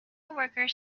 workers